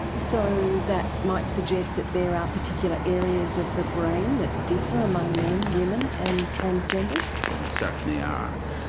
so that might suggest that there are particular areas of the brain that differ among men, woman and transgenders? there most certainly are,